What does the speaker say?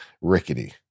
rickety